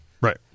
Right